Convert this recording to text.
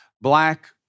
black